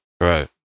Right